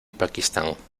pakistán